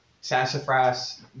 Sassafras